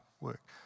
work